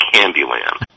Candyland